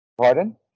Pardon